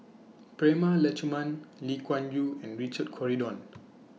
Prema Letchumanan Lee Kuan Yew and Richard Corridon